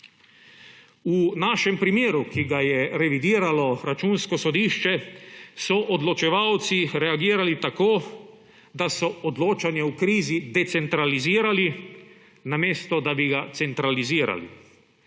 V našem primeru, ki ga je revidiralo Računsko sodišče, so odločevalci reagirali tako, da so odločanje o krizi decentralizirali, namesto da bi ga centralizirali.